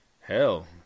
Hell